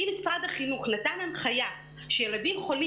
אם משרד החינוך נתן הנחייה שילדים חולים